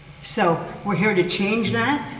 so we're here to change that,